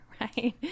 right